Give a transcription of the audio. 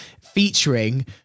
featuring